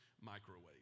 microwave